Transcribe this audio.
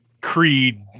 Creed